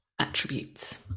attributes